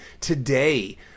today